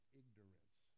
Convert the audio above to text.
ignorance